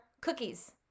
cookies